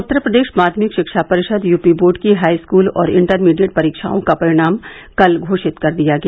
उत्तर प्रदेश माध्यमिक शिक्षा परिषद यूपी बोर्ड की हाईस्कूल और इंटरमीडिएट परीक्षाओं का परिणाम कल घोषित कर दिया गया